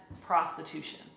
prostitution